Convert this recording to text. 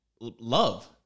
love